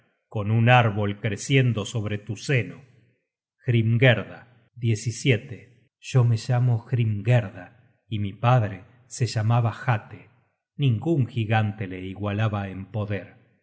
con un árbol creciendo sobre tu seno hrimgerda yo me llamo hrimgerda y mi padre se llamaba hate ningun gigante le igualaba en poder